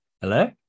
Hello